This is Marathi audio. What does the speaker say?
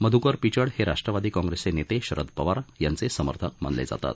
मध्यकर पिचड हे राष्ट्रवादी काँग्रेसचे नेते शरद पवार यांचे समर्थक मानले जातात